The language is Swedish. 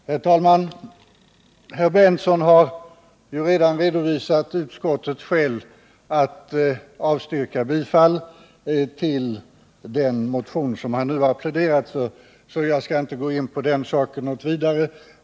Herr talman! Herr Berndtson har redan redovisat utskottets skäl till ett avstyrkande av den motion som han nu har pläderat för, varför jag inte ' ytterligare skall gå in på den saken.